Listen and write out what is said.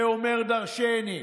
זה אומר דרשני.